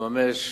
לממש